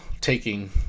taking